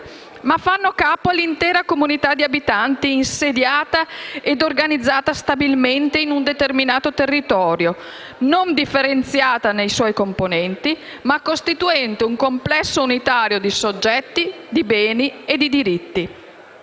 ma fanno capo all'intera comunità di abitanti insediata e organizzata stabilmente in un determinato territorio, non differenziata nei suoi componenti, ma costituente un complesso unitario di soggetti, beni e diritti.